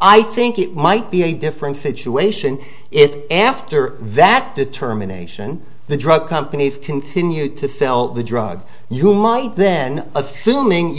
i think it might be a different situation if after that determination the drug companies continued to sell the drug you might then assuming you